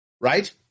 right